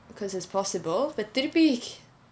because it's possible but திருப்பி:thiruppi